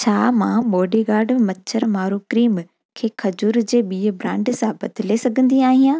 छा मां बॉडीगार्ड मछरमारू क्रीम खे खजूर जे ॿीअ ब्रांड सां बदिले सघंदी आहियां